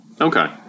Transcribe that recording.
Okay